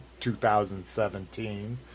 2017